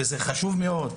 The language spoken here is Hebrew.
וזה חשוב מאוד,